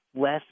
less